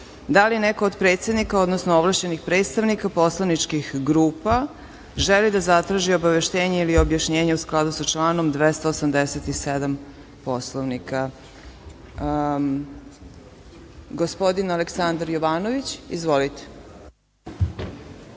li neko od predsednika, odnosno ovlašćenih predstavnika poslaničkih grupa želi da zatraži obaveštenje ili objašnjenje u skladu sa članom 287. Poslovnika? Gospodin Aleksandar Jovanović. Izvolite.